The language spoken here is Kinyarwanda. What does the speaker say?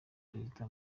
perezida